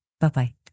Bye-bye